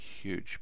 huge